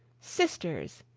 sisters!